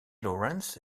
lawrence